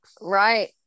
right